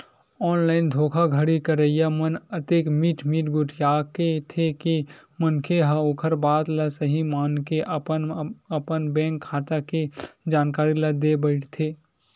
online धोखाघड़ी करइया मन अतेक मीठ मीठ गोठियाथे के मनखे ह ओखर बात ल सहीं मानके अपन अपन बेंक खाता के जानकारी ल देय बइठथे